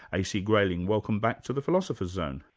a. c. grayling, welcome back to the philosopher's zone.